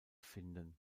finden